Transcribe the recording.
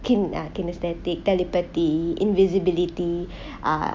kin~ ah kinaesthetic telepathy invisibility ah